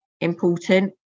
important